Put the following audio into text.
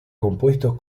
compuestos